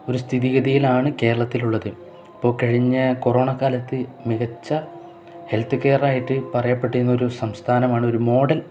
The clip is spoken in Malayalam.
ഒരു സ്ഥിതിഗതിയിലാണ് കേരളത്തിലുള്ളത് ഇപ്പോള് കഴിഞ്ഞ കൊറോണ കാലത്ത് മികച്ച ഹെൽത്ത് കെയറായിട്ട് പറയപ്പെട്ടിരുന്ന ഒരു സംസ്ഥാനമാണ് ഒരു മോഡൽ